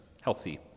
healthy